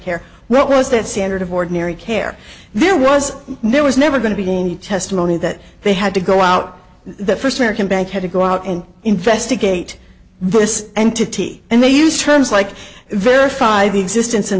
care what was that standard of ordinary care there was no it was never going to be any testimony that they had to go out the first american bank had to go out and investigate this entity and they use terms like verify the existence